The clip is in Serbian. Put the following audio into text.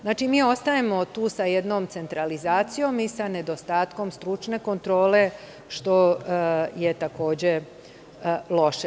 Znači, mi ostajemo tu sa jednom centralizacijom i sa nedostatkom stručne kontrole, što je takođe loše.